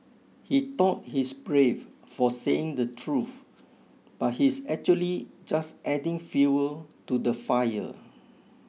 he thought he's brave for saying the truth but he's actually just adding fuel to the fire